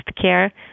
care